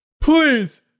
Please